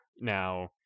Now